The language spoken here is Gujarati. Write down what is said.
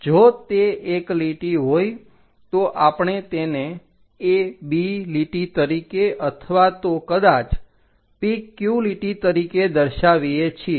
જો તે એક લીટી હોય તો આપણે તેને a b લીટી તરીકે અથવા તો કદાચ p q લીટી તરીકે દર્શાવીએ છીએ